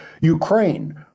Ukraine